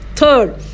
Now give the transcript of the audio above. Third